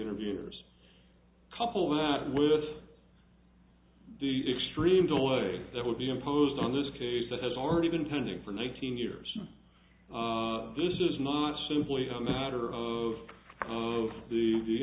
interviewer's couple that with the extremes all the way that would be imposed on this case that has already been pending for nineteen years this is not simply a matter of of the